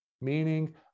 meaning